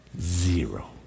Zero